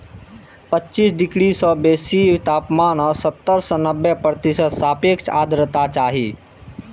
पच्चीस डिग्री सं बेसी तापमान आ सत्तर सं नब्बे प्रतिशत सापेक्ष आर्द्रता चाही